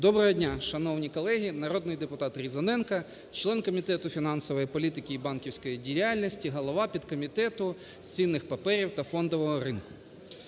Доброго дня, шановні колеги. Народний депутат Різаненко, член Комітету фінансової політики і банківської діяльності, голова підкомітету з цінних паперів та фондового ринку.